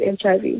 HIV